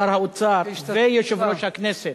שר האוצר ויושב-ראש הכנסת.